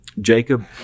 Jacob